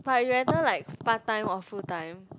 but you rather like part time or full time